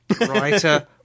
writer